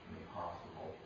impossible